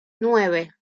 nueve